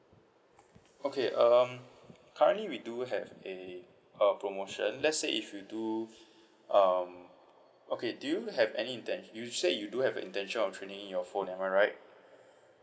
okay um currently we do have a uh promotion let's say if you do um okay do you have any intent you said you do have a intention of trading in your phone am I right